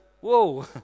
whoa